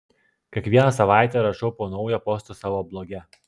kiekvieną savaitę rašau po naują postą savo bloge